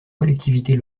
collectivités